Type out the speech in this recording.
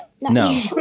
No